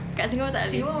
kat singapore tak boleh